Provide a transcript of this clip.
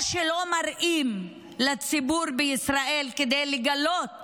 או שלא מראים לציבור בישראל כדי לא לגלות